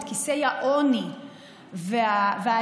את כיסי העוני והאלימות